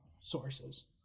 sources